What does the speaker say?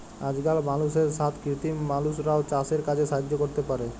আজকাল মালুষের সাথ কৃত্রিম মালুষরাও চাসের কাজে সাহায্য ক্যরতে পারে